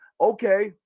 Okay